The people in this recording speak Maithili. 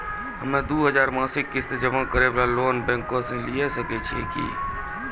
हम्मय दो हजार मासिक किस्त जमा करे वाला लोन बैंक से लिये सकय छियै की?